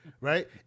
right